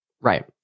Right